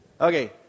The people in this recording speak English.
Okay